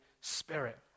Spirit